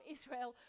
Israel